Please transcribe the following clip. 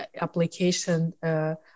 application